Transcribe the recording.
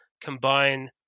combine